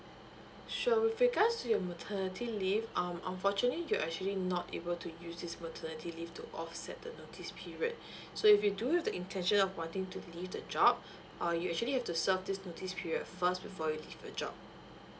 sure with regards to your maternity leave um unfortunately you actually not able to use this maternity leave to offset the notice period so if you do the intention of wanting to leave the job uh you actually have to serve this notice period first before you leave the job